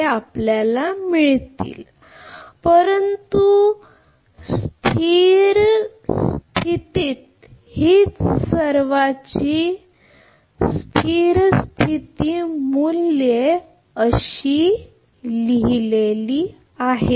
तर ही सर्व स्थिर स्थिती मूल्ये परंतु स्थिर स्थितीत हीच सर्वांची स्थिर राज्य मूल्ये आहेत